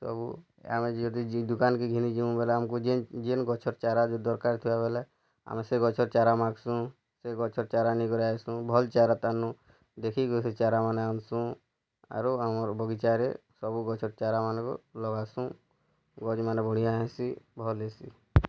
ସବୁ ଆମେ ଯଦି ଜି ଦୁକାନ୍ କେ ଘିନି ଯିଉଁ ବେଲେ ଆମକୁ ଯେନ୍ ଯେନ୍ ଗଛର ଚାରା ଯଦି ଦରକାର୍ ଥିବ ବୋଲେ ଆମେ ସେ ଗଛର ଚାରା ମାଗୁସୁଁ ସେ ଗଛର ଚାରା ନେଇ କରି ଆସୁଛୁଁ ଭଲ୍ ଚାରା ତେନୁଁ ଦେଖି କରି ଚାରାମାନେ ଆନ୍ସୁଁ ଆରୁ ଆମର୍ ବଗିଚାରେ ସବୁ ଗଛ ଚାରାମାନଙ୍କୁ ଲଗାସୁଁ ଗଛ୍ମାନେ ବଢ଼ିଆ ହେସି ଭଲ୍ ହେସି